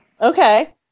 Okay